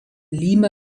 lima